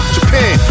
Japan